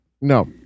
No